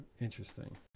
interesting